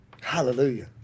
Hallelujah